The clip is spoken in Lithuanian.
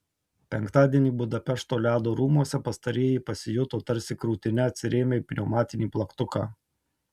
penktadienį budapešto ledo rūmuose pastarieji pasijuto tarsi krūtine atsirėmę į pneumatinį plaktuką